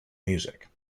music